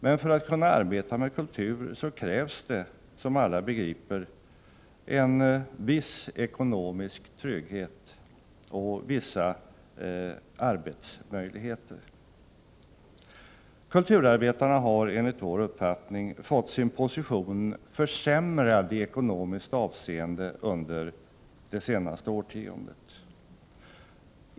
Men för att kunna arbeta med kultur krävs det, som alla begriper, en viss ekonomisk trygghet och vissa arbetsmöjligheter. Kulturarbetarna har enligt vår uppfattning fått sin position försämrad i ekonomiskt avseende under det senaste årtiondet.